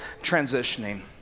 transitioning